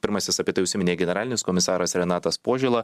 pirmasis apie tai užsiminė generalinis komisaras renatas požėla